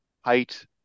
height